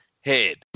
head